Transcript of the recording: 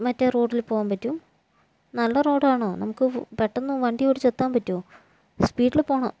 മറ്റേ റൂട്ടിൽ പോവാൻ പറ്റും നല്ല റോഡ് ആണോ നമുക്ക് പെട്ടെന്ന് വണ്ടി ഓടിച്ച് എത്താൻ പറ്റുവോ സ്പീഡിൽ പോവണം